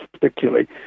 particularly